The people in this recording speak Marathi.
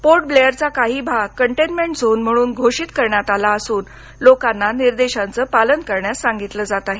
पोर्ट ब्लेयरचा काही भाग कंटेनमेंट झोन म्हणून घोषित करण्यात आला असून लोकांना निर्देशांचं पालन करण्यास सांगितलं जात आहे